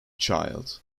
child